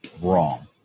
wrong